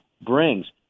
brings